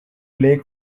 lake